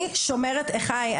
אני שומרת אחיי,